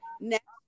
next